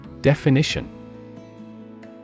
Definition